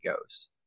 goes